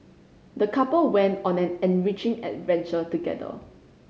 the couple went on an enriching adventure together